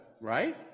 right